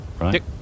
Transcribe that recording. right